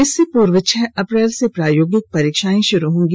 इससे पूर्व छह अप्रैल से प्रायोगिक परीक्षाएं शुरू होंगी